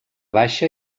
baixa